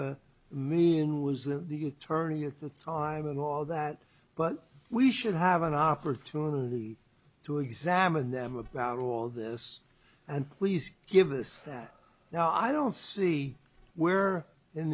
meaning was that the attorney at the time and all that but we should have an opportunity to examine them about all this and please give us that now i don't see where in